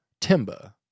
Timba